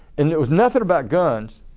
and it was nothing about guns,